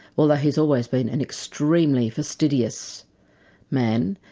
although he's always been an extremely fastidious man,